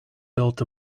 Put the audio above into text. built